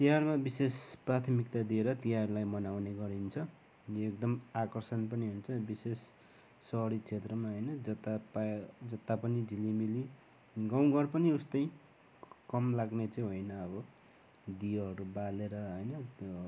तिहारमा विशेष प्राथमिकता दिएर तिहारलाई मनाउने गरिन्छ यो एकदम आकर्षण पनि हुन्छ विशेष सहरी क्षेत्रमा होइन जता पायो जता पनि झिलिमिली गाउँ घर पनि उस्तै कम लाग्ने चाहिँ होइन अब दियोहरू बालेर होइन त्यो